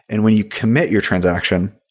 and when you commit your transaction,